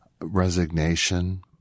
Resignation